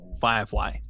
Firefly